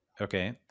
Okay